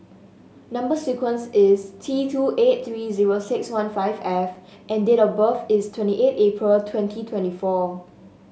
number sequence is T two eight three zero six one five F and date of birth is twenty eight April twenty twenty four